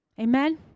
amen